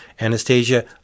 Anastasia